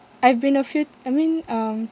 I've been a few I mean um